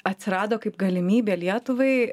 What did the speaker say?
atsirado kaip galimybė lietuvai